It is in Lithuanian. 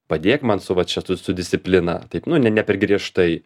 padėk man su va čia su su disciplina taip nu ne ne per griežtai